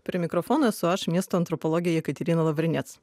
prie mikrofono esu aš miesto antropologė jekaterina lavarinec